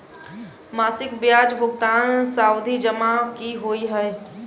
मासिक ब्याज भुगतान सावधि जमा की होइ है?